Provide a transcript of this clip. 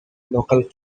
local